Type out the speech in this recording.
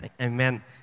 Amen